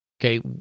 Okay